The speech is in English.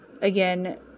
again